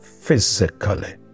physically